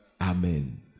Amen